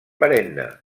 perenne